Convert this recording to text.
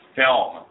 film